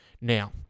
Now